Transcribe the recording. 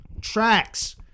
tracks